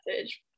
message